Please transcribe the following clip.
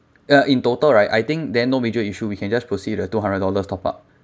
uh in total right I think then no major issue we can just proceed with two hundred dollars top-up